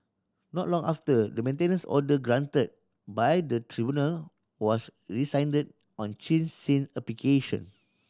not long after the maintenance order granted by the tribunal was rescinded on Chin Sin application